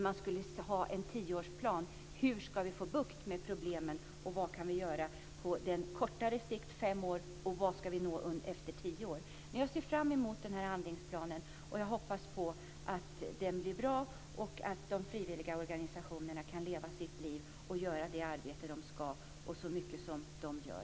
Man borde ha en tioårsplan för att se hur vi ska få bukt med problemen, vad vi kan göra på kortare sikt, på fem år, och vad vi kan nå efter tio år. Jag ser fram mot handlingsplanen, och jag hoppas att den blir bra, så att de frivilliga organisationerna kan leva sitt liv och göra det arbete de ska - så mycket som de gör.